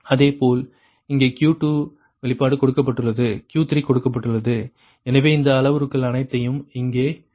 அதே போல் இங்கேயும் Q2 வெளிப்பாடு கொடுக்கப்பட்டுள்ளது Q3 கொடுக்கப்பட்டுள்ளது எனவே இந்த அளவுருக்கள் அனைத்தையும் இங்கே வைக்கவும்